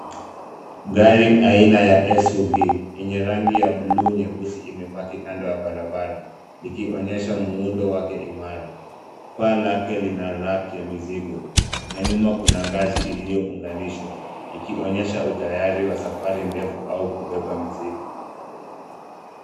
Gari aina ya SUV yenye rangi ya buluu nyeusi imepaki kando ya barabara. Likionyesha muundo wake imara. Paa lake lina raki ya mizigo na nyuma kuna ngazi iliyounganishwa ikionyesha utayari wa safari ndefu au kubeba mizigo.